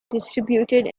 distributed